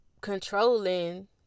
controlling